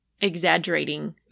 exaggerating